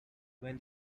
when